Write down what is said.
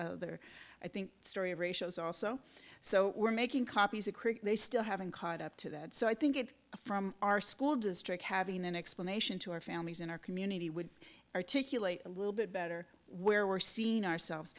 other i think story ratios also so we're making copies of cricket they still haven't caught up to that so i think it from our school district having an explanation to our families in our community would articulate a little bit better where we're seeing ourselves